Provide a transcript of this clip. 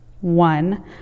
one